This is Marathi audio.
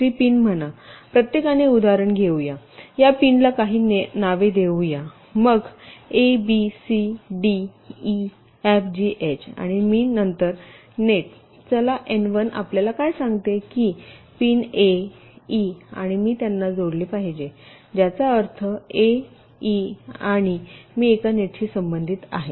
3 पिन म्हणा प्रत्येकाने उदाहरण घेऊ या या पिनला काही नावे देऊ या मग abcdefgh आणि मी नंतर नेट चला एन 1 आपल्याला सांगते की पिन ए ई आणि मी त्यांना जोडले पाहिजे ज्याचा अर्थ अ ई आणि मी एका नेटशी संबंधित आहे